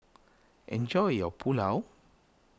enjoy your Pulao